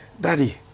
daddy